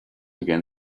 again